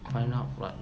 mm